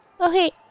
Okay